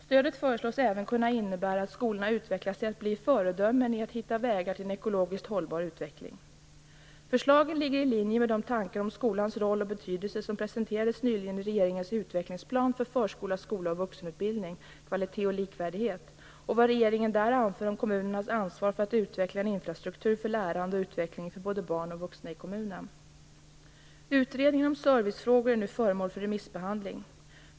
Stödet föreslås även kunna innebära att skolorna utvecklas till att bli föredömen i att hitta vägar till en ekologiskt hållbar utveckling. Förslagen ligger i linje med de tankar om skolans roll och betydelse som nyligen presenterades i regeringens utvecklingsplan för förskola, skola och vuxenutbildning Kvalitet och likvärdighet och med vad regeringen där anför om kommunernas ansvar att utveckla en infrastruktur för lärande och utveckling för både barn och vuxna i kommunerna. Utredningen om servicefrågor är nu föremål för remissbehandling.